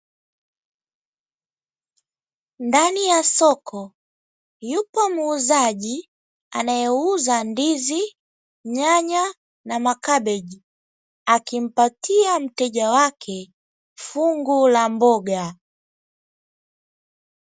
Ndani ya soko yupo muuzaji anayeuza ndizi nyanya na makabeji, akimpatia mteja wake fungu la mboga.